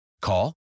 Call